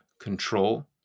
control